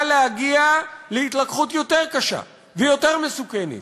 להגיע להתלקחות יותר קשה ויותר מסוכנת.